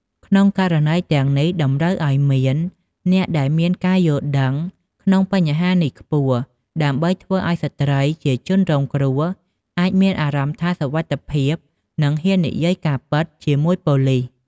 ក្នុងករណីទាំងនេះតម្រូវឱ្យមានអ្នកដែលមានការយល់ដឹងក្នុងបញ្ហានេះខ្ពស់ ដើម្បីធ្វើឲ្យស្ត្រីជាជនរងគ្រោះអាចមានអារម្មណ៍ថាសុវត្ថិភាព និងហ៊ាននិយាយការពិតជាមួយប៉ូលិស។